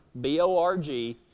B-O-R-G